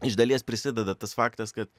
iš dalies prisideda tas faktas kad